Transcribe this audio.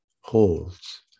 holds